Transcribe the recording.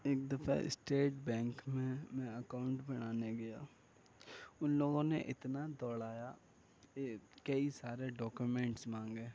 ایک دفعہ state bank میں میں اکاؤنٹ بنانے گیا ان لوگوں نے اتنا دوڑایا کئی سارے ڈوکومنٹس مانگے